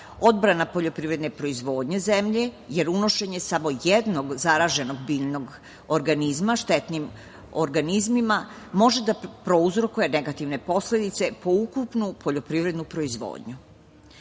odbrana poljoprivredne proizvodnje zemlje, jer unošenje samo jednog zaraženog biljnog organizma štetnim organizmima može da prouzrokuje negativne posledice po ukupnu poljoprivrednu proizvodnju.